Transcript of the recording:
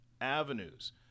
avenues